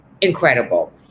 incredible